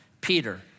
Peter